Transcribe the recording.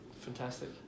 Fantastic